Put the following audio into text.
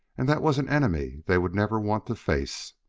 and that was an enemy they would never want to face.